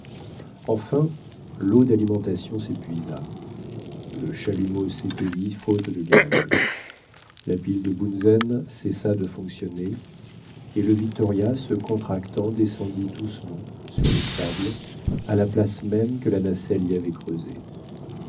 enfin l'eau dalimentation s'épuisa le chalumeau s'éteignit faute de gaz la pile de bunzen cessa de fonctionner et le victoria se contractant descendit doucement sur le sable à la place même que la nacelle y avait creusée